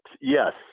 yes